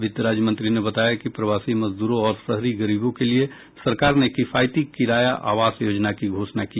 वित्त राज्य मंत्री ने बताया कि प्रवासी मजद्रों और शहरी गरीबों के लिए सरकार ने किफायती किराया आवास योजना की घोषणा की है